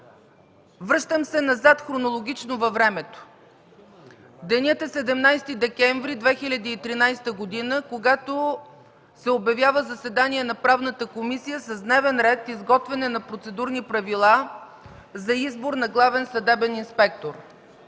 Връщам се назад хронологично във времето – денят е 17 декември 2013 г., когато се обявява заседание на Правната комисия с дневен ред: изготвяне на Процедурни правила за избор на Главен съдебен инспектор.